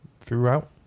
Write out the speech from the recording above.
throughout